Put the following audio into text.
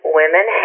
women